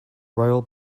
royal